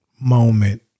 moment